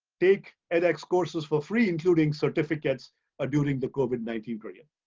take edx courses for free, including certificates ah during the covid nineteen period.